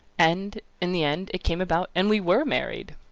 and, in the end, it came about, and we were married!